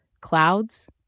Clouds